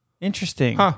Interesting